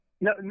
no